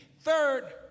Third